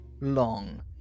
long